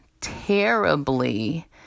terribly